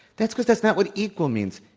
that's because that's not what equal means.